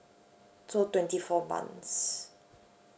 so twenty four months